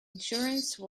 insurance